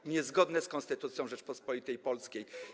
To niezgodne z Konstytucją Rzeczypospolitej Polskiej.